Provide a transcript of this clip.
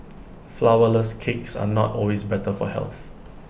Flourless Cakes are not always better for health